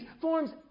forms